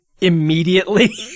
immediately